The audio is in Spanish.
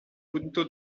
punto